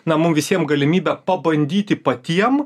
na mum visiem galimybę pabandyti patiem